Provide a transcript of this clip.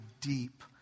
deep